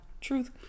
Truth